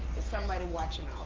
is somebody watching